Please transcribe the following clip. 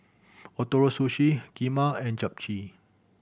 Ootoro Sushi Kheema and Japchae